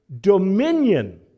dominion